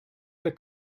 the